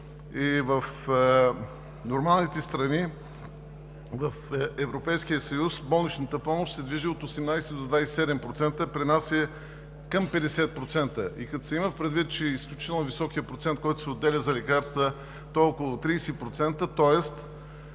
В нормалните страни в Европейския съюз болничната помощ се движи от 18 до 27%, а при нас е към 50% и като се има предвид изключително високият процент, който се отделя за лекарства, а той е около 30%,